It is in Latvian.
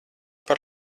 par